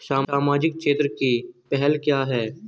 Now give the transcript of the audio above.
सामाजिक क्षेत्र की पहल क्या हैं?